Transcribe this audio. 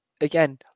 again